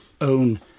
own